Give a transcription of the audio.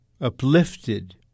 uplifted